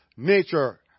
Nature